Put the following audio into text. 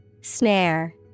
Snare